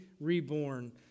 reborn